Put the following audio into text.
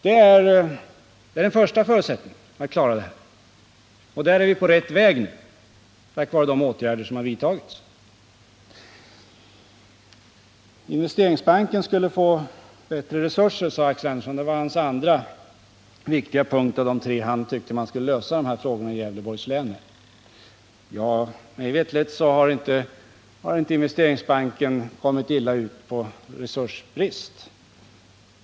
Det är den första förutsättningen för att klara situationen. Där är vi nu på rätt väg tack vare de åtgärder som har vidtagits. Investeringsbanken borde få bättre resurser, sade Axel Andersson. Det var den andra av hans tre viktiga punkter för att lösa problemen i Gävleborgs län. Mig veterligt har inte investeringsbanken lidit av någon resursbrist.